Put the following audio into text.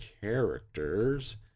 characters